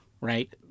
right